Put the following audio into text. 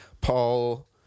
Paul